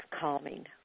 calming